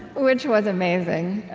which was amazing.